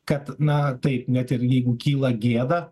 kad na taip net ir jeigu kyla gėda